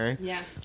Yes